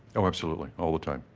oh absolutely. all the time.